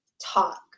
talk